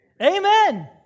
amen